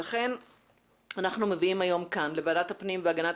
לכן אנחנו מביאים היום כאן לוועדת הפנים והגנת